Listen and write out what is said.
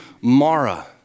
Mara